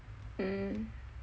mm